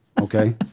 okay